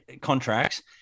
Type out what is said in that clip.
contracts